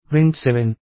print 7